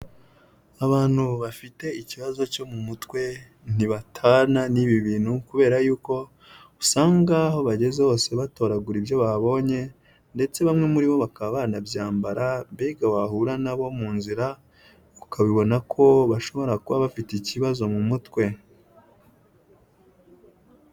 Abantu bafite ikibazo cyo mu mutwe ntibatana n'ibi bintu kubera yuko usanga aho bageze hose batoragura ibyo babonye ndetse bamwe muri bo bakaba banabyambara mbega wahura nabo mu nzira ukabibona ko bashobora kuba bafite ikibazo mu mutwe.